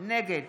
נגד